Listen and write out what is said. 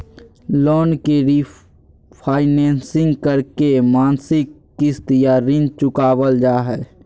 loan के refinancing करके मासिक किस्त या ऋण चुकावल जा हय